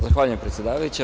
Zahvaljujem, predsedavajuća.